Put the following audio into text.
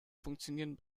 funktionieren